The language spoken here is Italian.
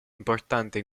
importante